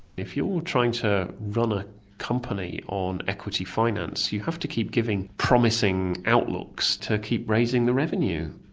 if you're trying to run a company on equity finance, you have to keep giving promising outlooks to keep raising the revenue,